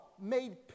made